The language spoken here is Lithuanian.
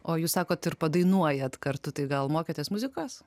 o jūs sakot ir padainuojat kartu tai gal mokėtės muzikos